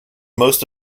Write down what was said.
most